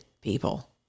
people